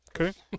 okay